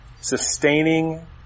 sustaining